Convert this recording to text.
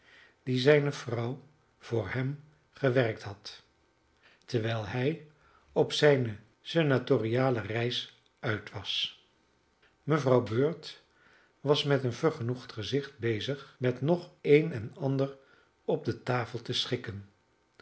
die zijne vrouw voor hem gewerkt had terwijl hij op zijne senatoriale reis uit was mevrouw bird was met een vergenoegd gezicht bezig met nog een en ander op de tafel te schikken